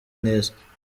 neza